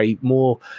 more